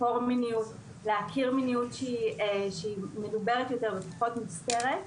להכיר מיניות שמדוברת יותר ופחות מוסתרת.